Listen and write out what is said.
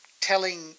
telling